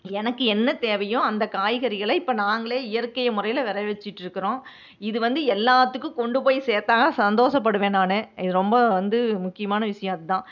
எனக்கு என்ன தேவையோ அந்த காய்கறிகளை இப்போ நாங்களே இயற்கை முறையில் விளைய வச்சிட்ருக்கறோம் இது வந்து எல்லாத்துக்கும் கொண்டு போய் சேர்த்தாங்கன்னா சந்தோஷப்படுவேன் நான் இது ரொம்ப வந்து முக்கியமான விஷயம் அது தான்